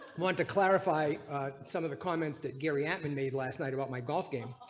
want to clarify some of the comments that gary antmen made last night about my golf game.